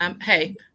Hey